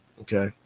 Okay